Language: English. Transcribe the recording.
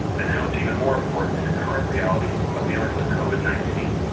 and now it's even more important in the current reality of dealing with covid nineteen.